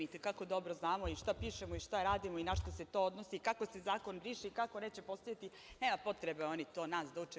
Itekako dobro znamo i šta pišemo i šta radimo i na šta se to odnosi, kako se zakon briše i kako neće postojati, nema potrebe oni nas to da uče.